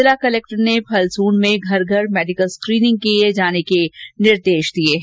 जिला कलेक्टर ने फलसूण्ड में घर घर मेडिकल स्क्रीनिंग किए जाने के निर्देश दिए हैं